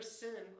sin